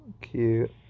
Cute